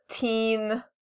teen